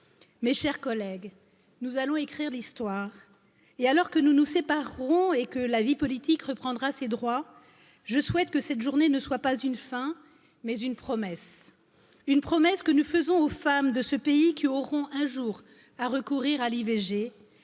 Mes chers collègues, nous allons écrire l'histoire et alors que nous nous séparerons et que la vie politique reprendra ses droits. Je souhaite que cette journée nee soit pas une fin mais une promesse. Une promesse que nous faisons aux femmes de ce pays qui auront un jour à recourir à l'i